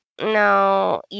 no